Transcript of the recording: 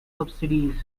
subsidies